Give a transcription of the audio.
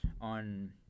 on